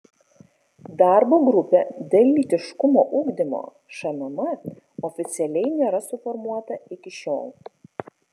darbo grupė dėl lytiškumo ugdymo šmm oficialiai nėra suformuota iki šiol